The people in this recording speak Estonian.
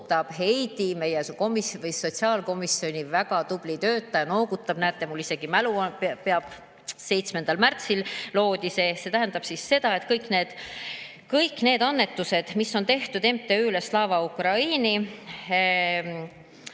komisjoni ehk sotsiaalkomisjoni väga tubli töötaja, noogutab. Näete, mul isegi mälu peab, 7. märtsil loodi see. See tähendab seda, et kõik need annetused, mis on tehtud MTÜ‑le Slava Ukraini